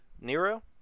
nero